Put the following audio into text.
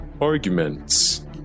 arguments